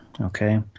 okay